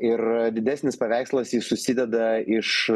ir didesnis paveikslas jis susideda iš